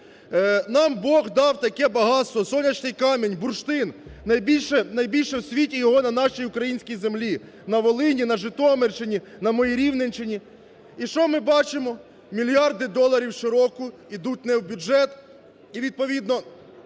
Нам Бог дав таке багатство - сонячний камінь бурштин, найбільше в світі його на нашій українській землі, на Волині, на Житомирщині, на моїй Рівненщині. І що ми бачимо? Мільярди доларів щороку ідуть не в бюджет і відповідно